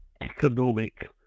Economic